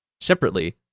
Separately